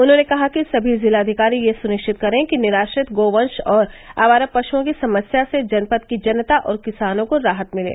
उन्होंने कहा कि समी जिलाधिकारी यह सुनिश्चित करें कि निराश्रित गोवंश और आवारा पशुओं की समस्या से जनपद की जनता और किसानों को राहत मिले